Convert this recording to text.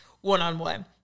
one-on-one